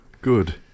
Good